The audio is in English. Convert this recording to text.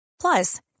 Plus